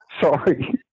Sorry